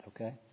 okay